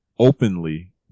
openly